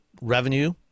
revenue